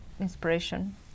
inspiration